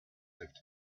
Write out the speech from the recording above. left